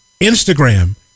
Instagram